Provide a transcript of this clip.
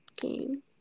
game